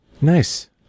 nice